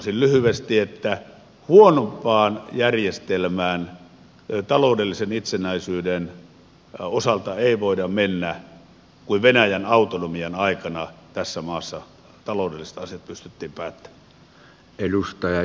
sanon sen lyhyesti että huonompaan järjestelmään taloudellisen itsenäisyyden osalta ei voida mennä kuin venäjän autonomian aikana tässä maassa taloudelliset asiat pystyttiin päättämään